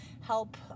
help